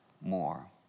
more